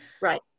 Right